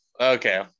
Okay